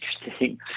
interesting